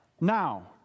Now